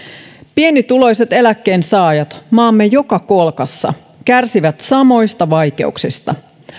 pienituloiset eläkkeensaajat maamme joka kolkassa kärsivät samoista vaikeuksista